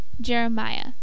Jeremiah